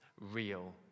real